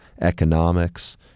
economics